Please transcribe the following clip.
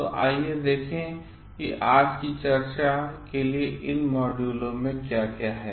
तो आइए देखें कि आज की चर्चा के लिए इन मॉड्यूलों में क्या है